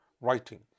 writing